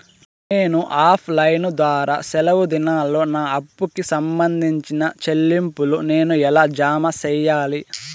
నేను offline ద్వారా సెలవు దినాల్లో నా అప్పుకి సంబంధించిన చెల్లింపులు నేను ఎలా జామ సెయ్యాలి?